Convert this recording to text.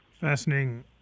Fascinating